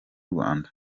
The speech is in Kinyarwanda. rwanda